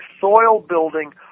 soil-building